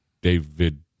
David